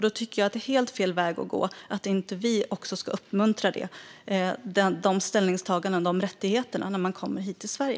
Då tycker jag att det är helt fel väg att gå att inte vi också ska uppmuntra de ställningstagandena och rättigheterna när de kommer hit till Sverige.